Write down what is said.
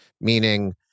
Meaning